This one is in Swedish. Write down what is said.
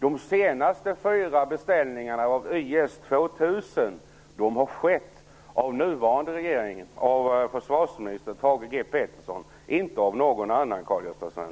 De senaste fyra beställningarna av YS 2000 har skett av den nuvarande regeringen, av försvarsminister Thage G Peterson, och inte av någon annan, Karl